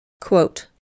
Quote